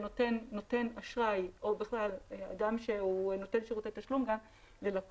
נותן אשראי או בכלל אדם שנותן שירותי תשלום ללקוח.